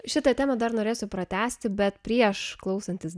šitą temą dar norėsiu pratęsti bet prieš klausantis